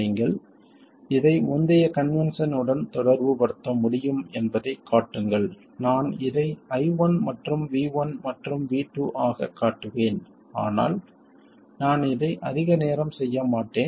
நீங்கள் இதை முந்தைய கன்வென்ஷன் உடன் தொடர்புபடுத்த முடியும் என்பதைக் காட்டுங்கள் நான் இதை I1 மற்றும் V1 மற்றும் V2 ஆகக் காட்டுவேன் ஆனால் நான் இதை அதிக நேரம் செய்ய மாட்டேன்